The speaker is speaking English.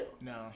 No